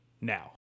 now